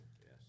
Yes